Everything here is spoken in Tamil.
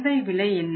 சந்தை விலை என்ன